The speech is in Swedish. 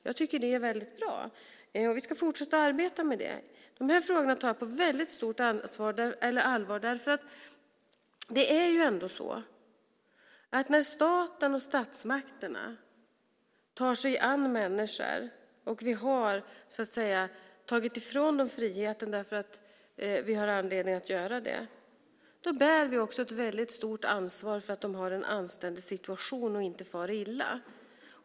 Jag tycker att det är väldigt bra, och vi ska fortsätt att arbeta med det. De här frågorna tar jag på stort allvar. När staten och statsmakterna tar sig an människor och när vi har tagit ifrån dem friheten därför att vi har anledning att göra det bär vi också ett stort ansvar för att de har en anständig situation och inte far illa.